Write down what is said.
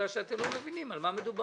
בגלל שאתם לא מבינים על מה מדובר.